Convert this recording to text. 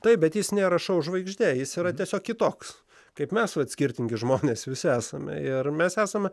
taip bet jis nėra šou žvaigždė jis yra tiesiog kitoks kaip mes vat skirtingi žmonės visi esame ir mes esame